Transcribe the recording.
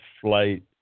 flight